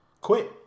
Quit